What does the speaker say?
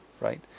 right